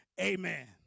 amen